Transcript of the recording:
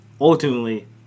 ultimately